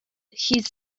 his